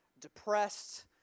depressed